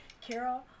Carol